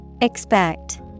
Expect